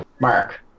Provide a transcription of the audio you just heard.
Mark